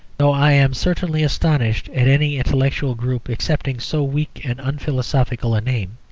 though i am certainly astonished at any intellectual group accepting so weak and unphilosophical a name.